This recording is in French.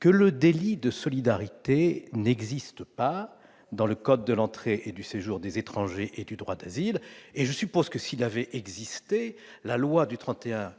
que le délit de solidarité n'existe pas dans le code de l'entrée et du séjour des étrangers et du droit d'asile. Effectivement ! Je suppose que, s'il avait existé, la loi du 31